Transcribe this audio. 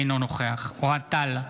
אינו נוכח אוהד טל,